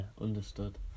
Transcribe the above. understood